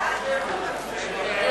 ההצעה